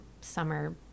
summer